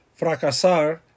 Fracasar